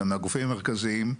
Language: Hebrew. מהגופים המרכזיים,